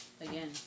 Again